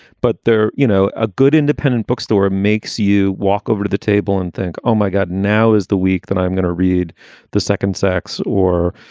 but they're, you know, a good independent bookstore makes you walk over to the table and think, oh, my god. now is the week that i'm going to read the second sex or,